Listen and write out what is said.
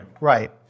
Right